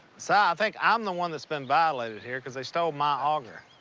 si, i think i'm the one that's been violated here, cause they stole my auger.